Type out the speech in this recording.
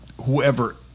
whoever